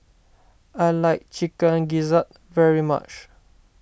I like Chicken Gizzard very much